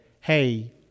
hey